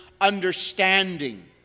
understanding